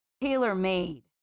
tailor-made